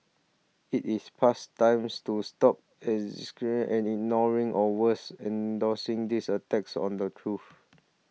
it is past times to stop as and ignoring or worse endorsing these attacks on the truth